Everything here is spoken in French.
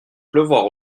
pleuvoir